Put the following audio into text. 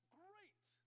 great